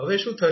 હવે શું થશે